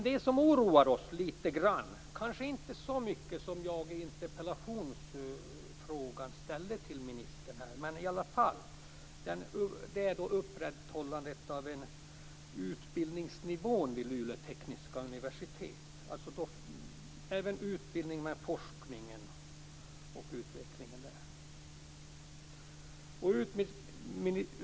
Något som oroar oss litet grand - om också kanske inte så mycket som framgick av frågan i interpellationen till utbildningsministern - är möjligheterna att upprätthålla nivån på utbildningen, forskningen och utvecklingen vid Luleå tekniska universitet.